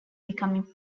becoming